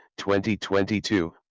2022